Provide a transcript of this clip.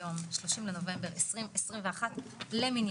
30 בנובמבר 2021 למניינם,